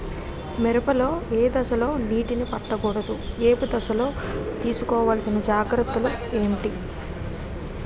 మిరప లో ఏ దశలో నీటినీ పట్టకూడదు? ఏపు దశలో తీసుకోవాల్సిన జాగ్రత్తలు ఏంటి?